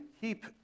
keep